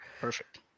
Perfect